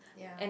ya